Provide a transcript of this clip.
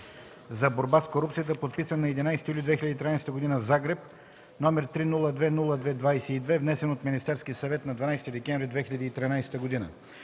за борба с корупцията, подписан на 11 юли 2013 г. в Загреб, № 302-02-22, внесен от Министерския съвет на 12 декември 2013 г.”